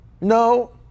no